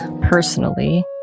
personally